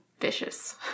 Vicious